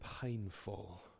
painful